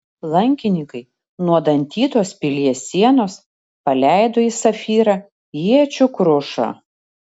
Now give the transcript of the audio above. lankininkai nuo dantytos pilies sienos paleido į safyrą iečių krušą